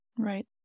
Right